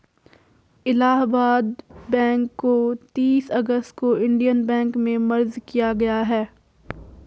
Allahabad bank को तीस अगस्त को इन्डियन बैंक में मर्ज किया गया है